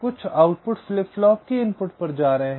कुछ output flip flop के input पर जा रहे हैं